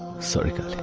sarika's